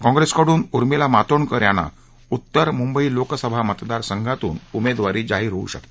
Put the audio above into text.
कॉंप्रेसकडून उर्मिला मातोंडकर यांना उत्तर मुंबई लोकसभा मतदार संघातून त्यांना उमेदवारी जाहीर होऊ शकते